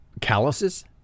calluses